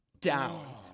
down